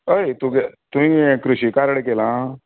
हय तुगें तुयें हे क्रिशीं कार्ड केला